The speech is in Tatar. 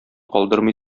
калдырмый